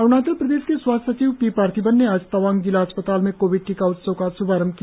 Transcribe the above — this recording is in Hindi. अरुणाचल प्रदेश के स्वास्थ्य सचिव पी पार्थिबन ने आज तवांग जिला अस्पताल में कोविड टीका उत्सव का श्भारंभ किया